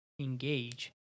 engage